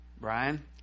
brian